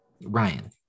Ryan